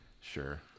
sure